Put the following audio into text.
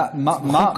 בחוק כתוב,